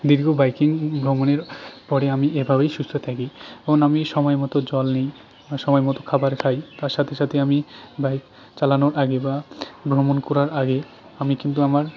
দীর্ঘ বাইকিং ভ্রমণের পরে আমি এভাবেই সুস্থ থাকি এবং আমি সময়মতো জল নিই সময়মতো খাবার খাই তার সাথে সাথে আমি বাইক চালানোর আগে বা ভ্রমণ করার আগে আমি কিন্তু আমার